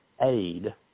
aid